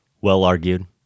well-argued